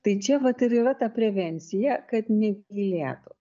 tai čia vat ir yra ta prevencija kad negilėtų